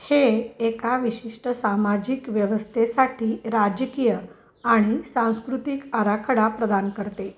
हे एका विशिष्ट सामाजिक व्यवस्थेसाठी राजकीय आणि सांस्कृतिक आराखडा प्रदान करते